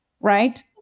right